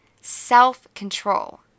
self-control